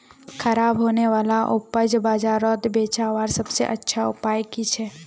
ख़राब होने वाला उपज बजारोत बेचावार सबसे अच्छा उपाय कि छे?